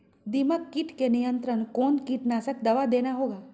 दीमक किट के नियंत्रण कौन कीटनाशक दवा देना होगा?